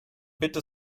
bitte